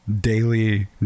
daily